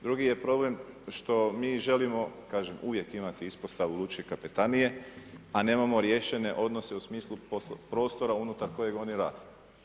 Drugi je problem, što mi želimo, kažem uvijek imati ispostavu lučke kapetanije, a nemamo riješene odnose u smislu prostora unutar kojeg oni rade.